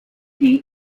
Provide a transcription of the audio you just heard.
die